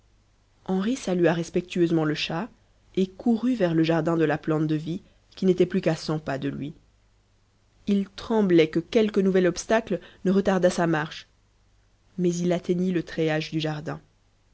henri salua respectueusement le chat et courut vers le jardin de la plante de vie qui n'était plus qu'à cent pas de lui il tremblait que quelque nouvel obstacle ne retardât sa marche mais il atteignit le treillage du jardin